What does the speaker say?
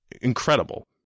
incredible